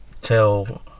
tell